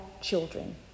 children